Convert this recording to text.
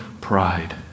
pride